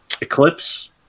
Eclipse